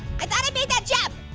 i thought i made that jump.